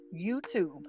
YouTube